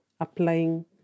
applying